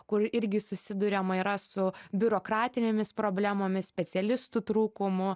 kur irgi susiduriama yra su biurokratinėmis problemomis specialistų trūkumu